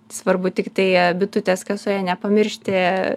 svarbu tiktai bitutės kasoje nepamiršti